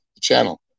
channel